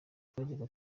twajyaga